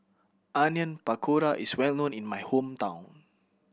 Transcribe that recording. Onion Pakora is well known in my hometown